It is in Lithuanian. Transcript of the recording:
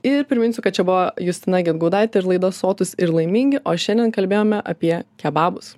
ir priminsiu kad čia buvo justina gedgaudaitė ir laida sotūs ir laimingi o šiandien kalbėjome apie kebabus